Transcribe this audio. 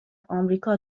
آمریکا